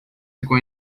ficou